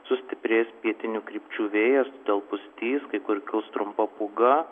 sustiprės pietinių krypčių vėjas todėl pustys kai kur kils trumpa pūga